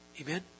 Amen